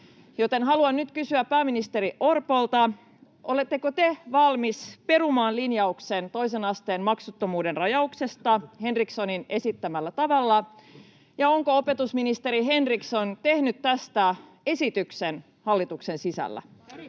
haluan nyt kysyä pääministeri Orpolta: Oletteko te valmis perumaan linjauksen toisen asteen maksuttomuuden rajauksesta Henrikssonin esittämällä tavalla, ja onko opetusministeri Henriksson tehnyt tästä esityksen hallituksen sisällä?